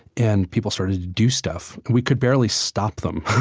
and people started to do stuff. and we could barely stop them.